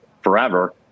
forever